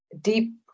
Deep